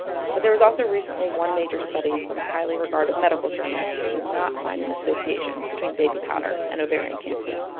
but there was also recently one major study from a highly regarded medical journal that did not find an association between baby powder and ovarian cancer.